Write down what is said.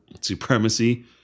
supremacy